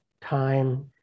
time